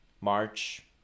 March